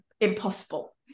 impossible